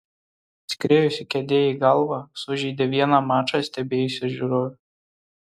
atskriejusi kėdė į galvą sužeidė vieną mačą stebėjusią žiūrovę